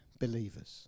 believers